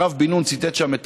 הרב בן-נון ציטט שם את